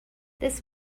this